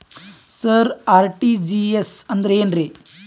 ಸರ RTGS ಅಂದ್ರ ಏನ್ರೀ?